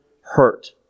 hurt